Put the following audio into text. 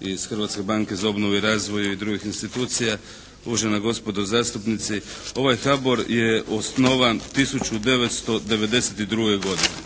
iz Hrvatske banke za obnovu i razvoj i drugih institucija, uvažena gospodo zastupnici. Ovaj HBOR je osnovan 1992. godine.